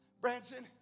Branson